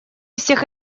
всех